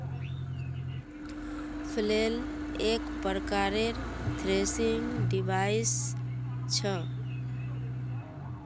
flail एक प्रकारेर threshing device छ